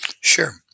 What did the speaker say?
Sure